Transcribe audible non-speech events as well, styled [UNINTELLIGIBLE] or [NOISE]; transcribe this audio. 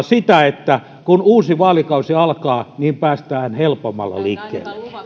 [UNINTELLIGIBLE] sitä että kun uusi vaalikausi alkaa niin päästään helpommalla liikkeelle